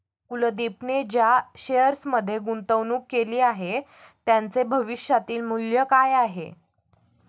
कुलदीपने ज्या शेअर्समध्ये गुंतवणूक केली आहे, त्यांचे भविष्यातील मूल्य काय आहे?